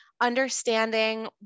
understanding